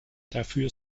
dafür